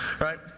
Right